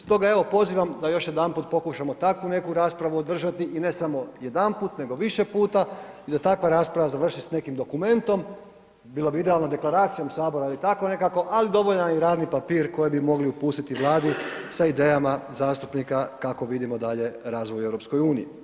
Stoga evo pozivam da još jedanput pokušamo takvu neku raspravu održati i ne samo jedanput nego više puta i da takva rasprava završi s nekim dokumentom, bila bi idealna deklaracijom HS ili tako nekako, ali dovoljan je i radni papir koji bi mogli pustiti Vladi sa idejama zastupnika kako vidimo dalje razvoj u EU.